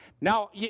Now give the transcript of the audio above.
Now